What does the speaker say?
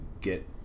get